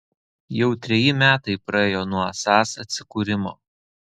jau treji metai praėjo nuo sas atsikūrimo